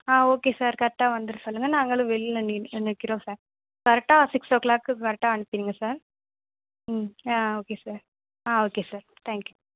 ஆ okay sir கரெக்டாக வந்துட சொல்லுங்கள் நாங்களும் வெளியில் நின் நிக்கிறோம் சார் கரெக்டாக சிக்ஸ் ஓ க்ளாக்குக்கு கரெக்டாக அனுப்பிடுங்க சார் ம் ஆ ஓகே சார் ஆ ஓகே சார் தேங்க்யூ ம்